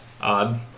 Odd